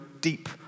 deep